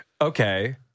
okay